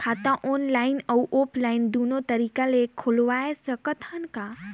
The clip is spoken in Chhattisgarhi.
खाता ऑनलाइन अउ ऑफलाइन दुनो तरीका ले खोलवाय सकत हन का?